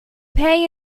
pay